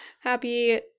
Happy